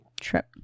trip